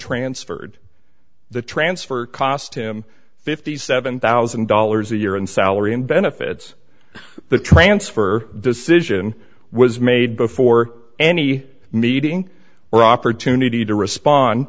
transferred the transfer cost him fifty seven thousand dollars a year in salary and benefits the transfer decision was made before any meeting or opportunity to respond